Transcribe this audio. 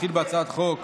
נתחיל בהצעת החוק